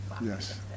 Yes